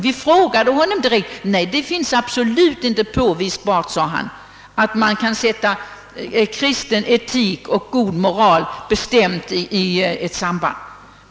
Vi frågade honom direkt, och han svarade, att ett sådant bestämt samband mellan kristen etik och god moral inte var påvisbart.